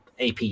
AP